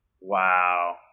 Wow